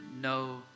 no